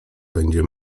będzie